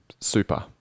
super